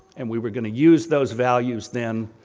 and we were going to use those values then,